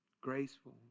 graceful